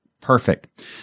Perfect